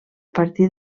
partir